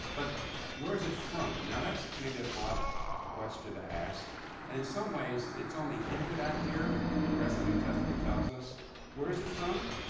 but where is it from? now that's maybe an odd question to ask and, in some ways, it's only hinted at here, but the rest of the new testament tells us where is it from.